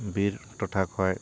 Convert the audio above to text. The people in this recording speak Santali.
ᱵᱤᱨ ᱴᱚᱴᱷᱟ ᱠᱷᱚᱡ